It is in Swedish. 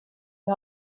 har